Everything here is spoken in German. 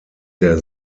der